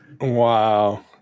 Wow